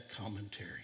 commentary